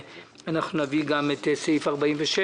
ונביא גם את סעיף 46,